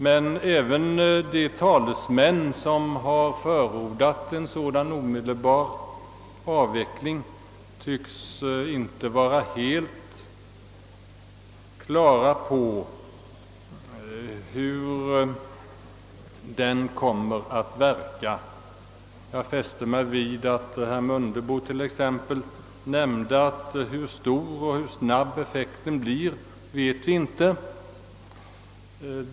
Inte ens de talare som har förordat en sådan omedelbar avveckling tycks emellertid vara helt på det klara med hur den kommer att verka. Jag fäste mig t.ex. vid att herr Mundebo nämnde att vi inte vet hur stor och hur snabb effekten blir.